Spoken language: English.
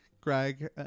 Greg